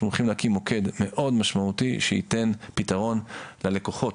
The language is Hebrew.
אנחנו הולכים להקים מוקד מאוד משמעותי שייתן פתרון ללקוחות,